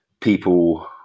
people